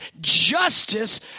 justice